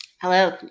hello